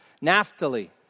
Naphtali